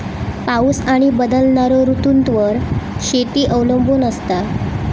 पाऊस आणि बदलणारो ऋतूंवर शेती अवलंबून असता